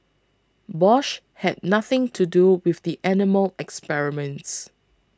Bosch had nothing to do with the animal experiments